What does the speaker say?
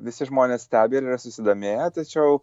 visi žmonės stebi ir yra susidomėję tačiau